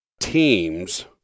teams